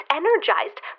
energized